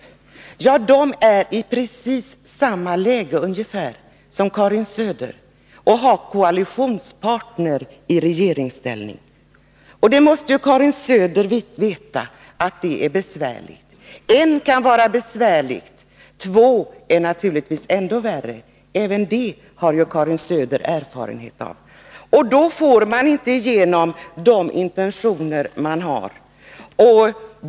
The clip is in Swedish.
I dessa länder är man i precis samma läge som Karin Söder på så sätt att man har koalitionspartner i regeringsställning. Karin Söder måste veta att det kan vara besvärligt med en koalitionspartner. Två är naturligtvis ännu värre — även detta har ju Karin Söder erfarenhet av. Då får man inte genom de intentioner man har.